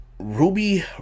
Ruby